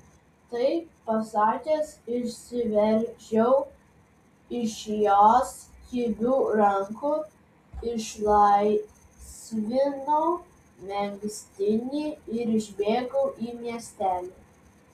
tai pasakęs išsiveržiau iš jos kibių rankų išlaisvinau megztinį ir išbėgau į miestelį